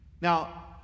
now